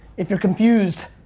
if you're confused,